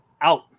out